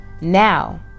Now